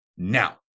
Now